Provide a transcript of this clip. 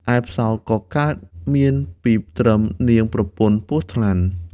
ឯផ្សោតក៏កើតមានពីត្រឹមនាងប្រពន្ធពស់ថ្លាន់។